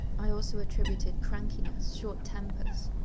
i also attributed crankiness, short tempers,